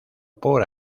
por